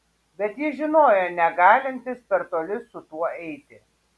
bet jis žinojo negalintis per toli su tuo eiti